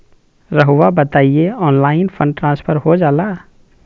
रहुआ बताइए online fund transfer हो जाला?